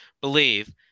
Believe